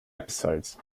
episodes